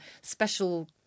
special